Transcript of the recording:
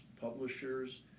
publishers